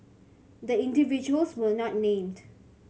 the individuals were not named